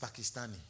Pakistani